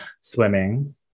swimming